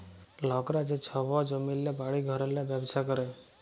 লকরা যে ছব জমিল্লে, বাড়ি ঘরেল্লে ব্যবছা ক্যরে